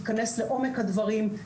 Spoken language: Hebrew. היא תיכנס לעומק הדברים,